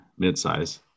midsize